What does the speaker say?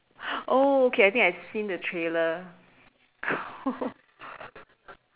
oh okay I think I've seen the trailer oh